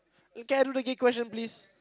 okay I do the gay question please